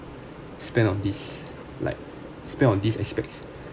spend on these like spend on these aspects